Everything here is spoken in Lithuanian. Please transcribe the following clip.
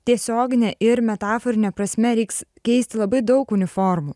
tiesiogine ir metaforine prasme reiks keisti labai daug uniformų